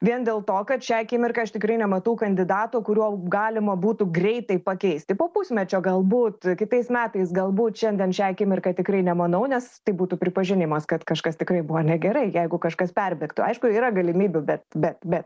vien dėl to kad šią akimirką aš tikrai nematau kandidato kuriuo galima būtų greitai pakeisti po pusmečio galbūt kitais metais galbūt šiandien šią akimirką tikrai nemanau nes tai būtų pripažinimas kad kažkas tikrai buvo negerai jeigu kažkas perbėgtų aišku yra galimybių bet bet bet